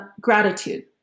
gratitude